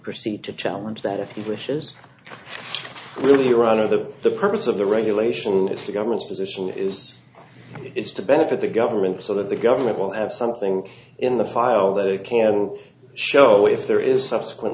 proceed to challenge that if he wishes would you rather that the purpose of the regulation is the government's position is it's to benefit the government so that the government will have something in the file that it can show if there is subsequent